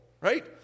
right